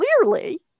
clearly